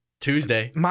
Tuesday